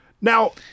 Now